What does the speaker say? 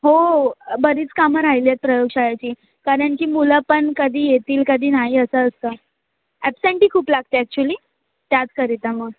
हो बरीच कामं राहिली आहेत प्रयोगशाळेची कारण की मुलं पण कधी येतील कधी नाही असं असतं ॲप्सेंटी खूप लागते ॲक्च्युली त्याचकरिता मग